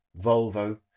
Volvo